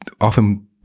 often